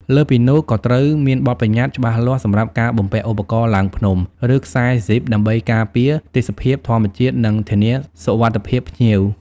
លើសពីនោះ ក៏ត្រូវមានបទប្បញ្ញត្តិច្បាស់លាស់សម្រាប់ការបំពាក់ឧបករណ៍ឡើងភ្នំ ឬខ្សែហ្ស៊ីបដើម្បីការពារទេសភាពធម្មជាតិនិងធានាសុវត្ថិភាពភ្ញៀវ។